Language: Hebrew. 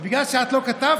אבל בגלל שאת לא כתבת,